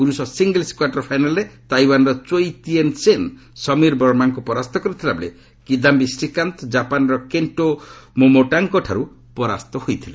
ପୁରୁଷ singles quarter ଫାଇନାଲ୍ରେ ତାଇୱାନ୍ର ଚୋଇ ଡିଏନ୍ ଚେନ୍ ସମୀର ବର୍ମାଙ୍କୁ ପରାସ୍ତ କରିଥିବା ବେଳେ କିଦାମ୍ଭୀ ଶ୍ରୀକାନ୍ତ କାପାନର କେଷ୍ଟୋ ମୋମୋଟାଙ୍କଠାର୍ ହୋଇଥିଲେ